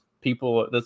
people